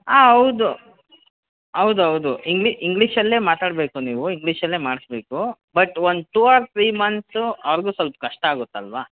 ಆಂ ಹೌದು ಹೌದೌದು ಇಂಗ್ ಇಂಗ್ಲೀಷಲ್ಲೇ ಮಾತಾಡಬೇಕು ನೀವು ಇಂಗ್ಲೀಷಲ್ಲೇ ಮಾಡಿಸ್ಬೇಕು ಬಟ್ ಒಂದು ಟೂ ಓರ್ ಥ್ರೀ ಮಂಥ್ಸು ಅವ್ರಿಗೂ ಸ್ವಲ್ಪ ಕಷ್ಟ ಆಗುತ್ತಲ್ವಾ